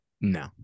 No